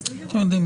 לא יודע.